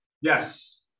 Yes